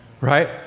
right